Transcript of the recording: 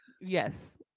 Yes